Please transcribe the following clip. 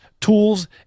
tools